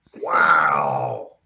wow